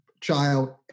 child